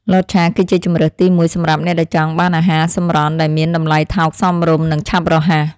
លតឆាគឺជាជម្រើសទីមួយសម្រាប់អ្នកដែលចង់បានអាហារសម្រន់ដែលមានតម្លៃថោកសមរម្យនិងឆាប់រហ័ស។